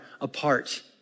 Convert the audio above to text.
apart